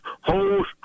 whole